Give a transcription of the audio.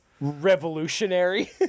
revolutionary